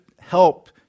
help